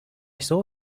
saw